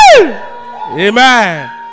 Amen